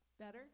Better